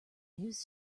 news